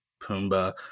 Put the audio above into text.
pumbaa